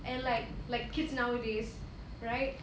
and like like kids nowadays right